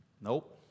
Nope